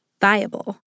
viable